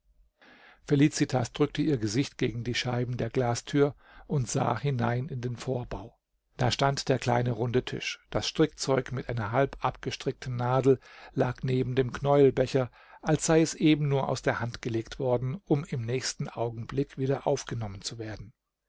felicitas drückte ihr gesicht gegen die scheiben der glasthür und sah hinein in den vorbau da stand der kleine runde tisch das strickzeug mit einer halb abgestrickten nadel lag neben dem knäuelbecher als sei es eben nur aus der hand gelegt worden um im nächsten augenblick wieder aufgenommen zu werden